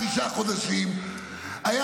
תשעה חודשים --- מה,